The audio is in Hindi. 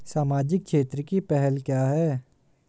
सामाजिक क्षेत्र की पहल क्या हैं?